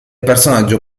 personaggio